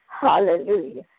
Hallelujah